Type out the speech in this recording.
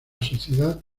sociedad